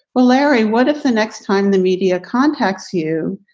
larry, what if the next time the media contacts you,